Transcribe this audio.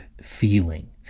feeling